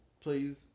Please